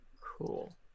Cool